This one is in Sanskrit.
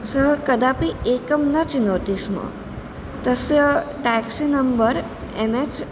सः कदापि एकं न चिनोति स्म तस्य टेक्सी नम्बर् एम् एच्